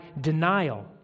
denial